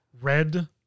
Red